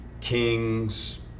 Kings